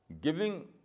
giving